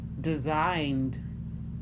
designed